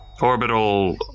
Orbital